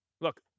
Look